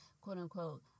quote-unquote